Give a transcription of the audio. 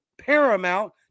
Paramount